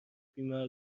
بیمار